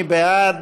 מי בעד?